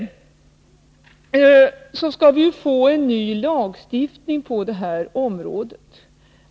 Vi skall ju få en ny lagstiftning på det här området.